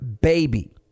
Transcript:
baby